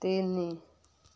ତିନି